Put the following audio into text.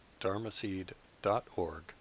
dharmaseed.org